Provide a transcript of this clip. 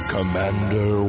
Commander